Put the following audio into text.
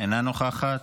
אינה נוכחת,